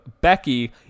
Becky